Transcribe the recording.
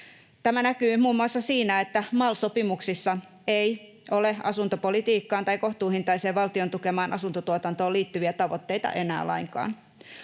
Tämä näkyy muun muassa siinä, että MAL-sopimuksissa ei ole asuntopolitiikkaan tai kohtuuhintaiseen valtion tukemaan asuntotuotantoon liittyviä tavoitteita enää lainkaan.